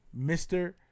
Mr